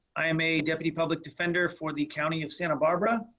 i am a deputy public defender for the county of santa barbara.